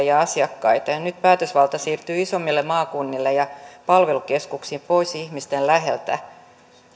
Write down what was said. ja asiakkaita ja nyt päätösvalta siirtyy isommille maakunnille ja palvelukeskuksiin pois ihmisten läheltä